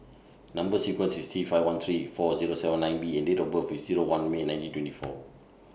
Number sequence IS T five one three four Zero seven nine B and Date of birth IS Zero one May nineteen twenty four